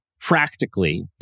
practically